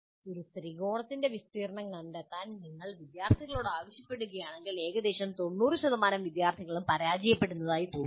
ഒരു ത്രികോണത്തിന്റെ വിസ്തീർണ്ണം കണ്ടെത്താൻ നിങ്ങൾ വിദ്യാർത്ഥികളോട് ആവശ്യപ്പെടുകയാണെങ്കിൽ ഏകദേശം 90 ശതമാനം വിദ്യാർത്ഥികളും പരാജയപ്പെടുന്നതായി തോന്നുന്നു